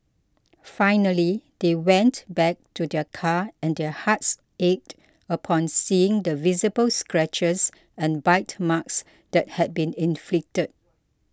finally they went back to their car and their hearts ached upon seeing the visible scratches and bite marks that had been inflicted